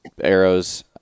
arrows